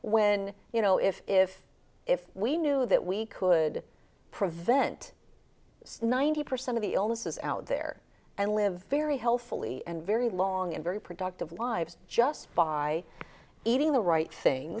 when you know if if if we knew that we could prevent ninety percent of the illnesses out there and live very healthily and very long and very productive lives just by eating the right thing